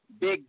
Big